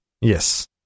Yes